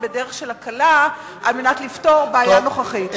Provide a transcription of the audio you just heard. בדרך של הקלה על מנת לפתור בעיה נוכחית.